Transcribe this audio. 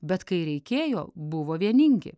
bet kai reikėjo buvo vieningi